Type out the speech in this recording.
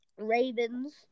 Ravens